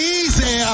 easy